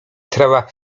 trawa